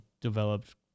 developed